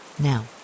Now